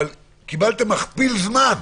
קיבלתם מכפיל זמן.